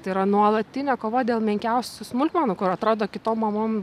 tai yra nuolatinė kova dėl menkiausių smulkmenų kur atrodo kitom mamom